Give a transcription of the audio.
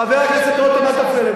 חבר הכנסת רותם אל תפריע לי.